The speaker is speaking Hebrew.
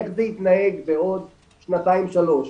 איך זה יתנהג בעוד שנתיים שלוש,